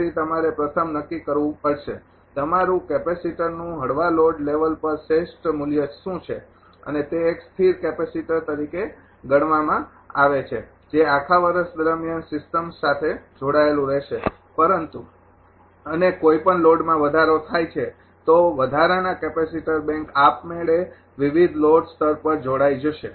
તેથી તમારે પ્રથમ નક્કી કરવું પડશે તમારું કેપેસિટરનું હળવા લોડ લેવલ પર શ્રેષ્ઠ મૂલ્ય શું છે અને તે એક સ્થિર કેપેસિટર તરીકે ગણવામાં આવે છે જે આખા વર્ષ દરમિયાન સિસ્ટમ સાથે જોડાયેલ રહેશે પરંતુ અને કોઈપણ લોડમાં વધારો થાય છે તો વધારાના કેપેસિટર બેંક આપમેળે વિવિધ લોડ સ્તર પર જોડાય જશે